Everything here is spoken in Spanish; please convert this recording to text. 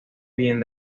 bien